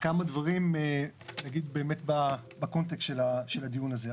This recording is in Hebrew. כמה דברים להגיד באמת בקונטקסט של הדיון הזה.